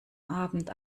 abend